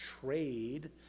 trade